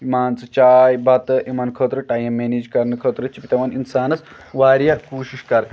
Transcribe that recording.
مان ژٕ چاے بَتہٕ یِمَن خٲطرٕ ٹایِم مٮ۪نیج کَرنہٕ خٲطرٕ چھِ پٮ۪وان اِنسانَس واریاہ کوٗشِش کَرٕنۍ